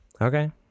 Okay